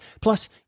Plus